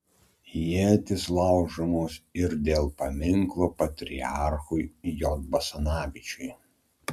ietys laužomos ir dėl paminklo patriarchui j basanavičiui